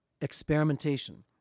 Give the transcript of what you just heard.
experimentation